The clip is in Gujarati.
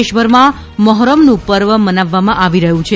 દેશભરમાં મહોર્રમનું પર્વ મનાવવામાં આવી રહ્યું છે